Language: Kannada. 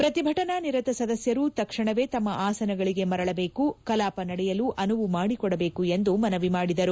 ಪ್ರತಿಭಟನಾನಿರತ ಸದಸ್ಯರು ತಕ್ಷಣವೇ ತಮ್ಮ ಆಸನಗಳಿಗೆ ಮರಳಬೇಕು ಕಲಾಪ ನಡೆಯಲು ಅನುವು ಮಾಡಿಕೊಡಬೇಕು ಎಂದು ಮನವಿ ಮಾಡಿದರು